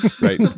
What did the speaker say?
Right